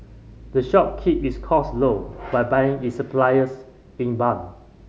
the shop keeps its cost low by buying its suppliers in bulk